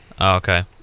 Okay